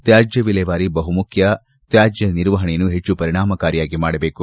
ತ್ಯಾಜ್ಯ ವಿಲೇವಾರಿ ಬಹುಮುಖ್ಯ ತ್ಯಾಜ್ಯ ನಿರ್ವಹಣೆಯನ್ನು ಹೆಚ್ಚು ಪರಿಣಾಮಕಾರಿಯಾಗಿ ಮಾಡಬೇಕು